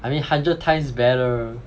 I mean hundred times better